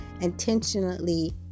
intentionally